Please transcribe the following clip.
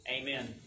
Amen